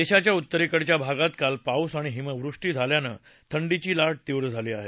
देशाच्या उत्तरेकडच्या भागात काल पाऊस आणि हिमवृष्टी झाल्यानं थंडीची लाट तीव्र झाली आहे